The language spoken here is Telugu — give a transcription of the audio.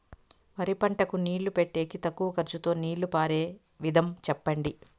వరి పంటకు నీళ్లు పెట్టేకి తక్కువ ఖర్చుతో నీళ్లు పారే విధం చెప్పండి?